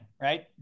right